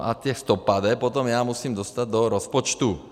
A těch stopade potom já musím dostat do rozpočtu.